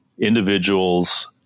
individuals